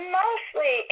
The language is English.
mostly